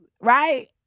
right